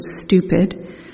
Stupid